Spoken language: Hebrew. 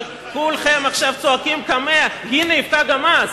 אבל כולכם עכשיו צועקים קמ"ע, היא נאבקה גם אז,